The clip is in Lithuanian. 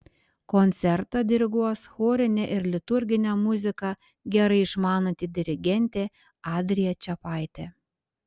koncertą diriguos chorinę ir liturginę muziką gerai išmananti dirigentė adrija čepaitė